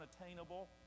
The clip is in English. unattainable